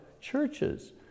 churches